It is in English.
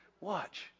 Watch